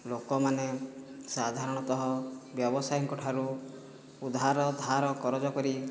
ଲୋକମାନେ ସାଧାରଣତଃ ବ୍ୟବସାୟୀଙ୍କଠାରୁ ଉଦ୍ଧାର ଧାର କରଜ କରି